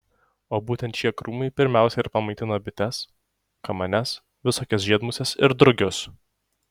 o būtent šie krūmai pirmiausia ir pamaitina bites kamanes visokias žiedmuses ir drugius